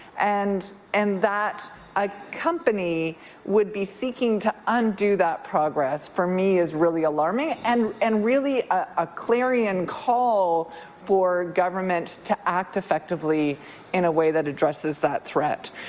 and and that a company would be seeking to undo that progress, for me, is really alarming and and really a clarion call for government to act effectively in a way that addresses that threat.